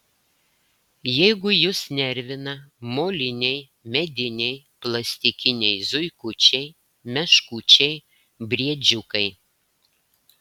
jeigu jus nervina moliniai mediniai plastikiniai zuikučiai meškučiai briedžiukai